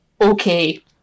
okay